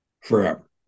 forever